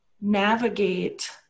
navigate